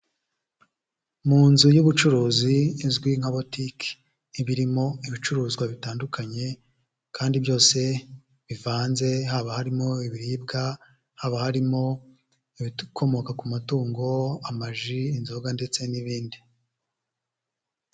Mu nzu y'ubucuruzi izwi nka botike, iba irimo ibicuruzwa bitandukanye kandi byose bivanze haba harimo ibiribwa, haba harimo ibikomoka ku matungo, amaji, inzoga ndetse n'ibindi.